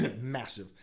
massive